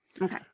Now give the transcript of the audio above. okay